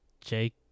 Jake